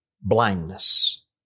blindness